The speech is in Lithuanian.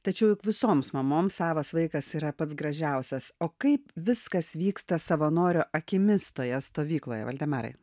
tačiau juk visoms mamoms savas vaikas yra pats gražiausias o kaip viskas vyksta savanorio akimis toje stovykloje valdemarai